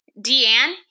Deanne